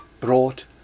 brought